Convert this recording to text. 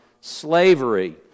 slavery